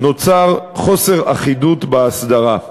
נוצר חוסר אחידות באסדרה.